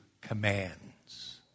commands